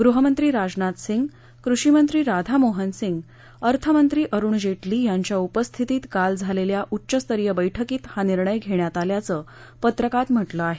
गृहमंत्री राजनाथ सिंह कृषीमंत्री राधामोहन सिंह अर्थमंत्री अरुण जेटली यांच्या उपस्थितीत काल झालेल्या उच्चस्तरीय बैठकीत हा निर्णय घेण्यात आल्याचं पत्रकात म्हटलं आहे